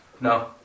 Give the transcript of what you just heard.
No